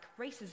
racism